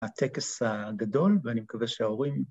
‫הטקס הגדול, ואני מקווה שההורים...